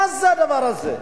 מה זה הדבר הזה?